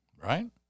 right